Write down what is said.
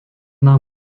nám